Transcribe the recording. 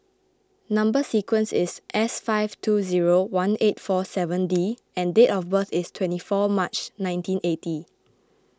Number Sequence is S five two zero one eight four seven D and date of birth is twenty four March nineteen eighty